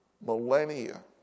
millennia